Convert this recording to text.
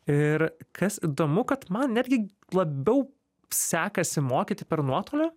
ir kas įdomu kad man netgi labiau sekasi mokyti per nuotolį